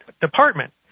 department